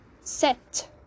set